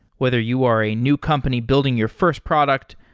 whether you are a new company building your first product,